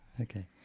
okay